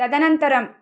तदनन्तरं